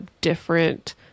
different